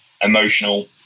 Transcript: emotional